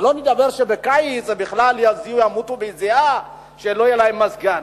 שלא לדבר שבקיץ בכלל ימותו מזיעה כאשר לא יהיה מזגן.